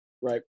Right